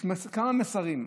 יש כמה מסרים.